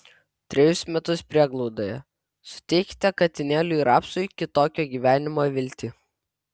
trejus metus prieglaudoje suteikite katinėliui rapsui kitokio gyvenimo viltį